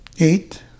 Eight